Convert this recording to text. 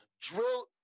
Drill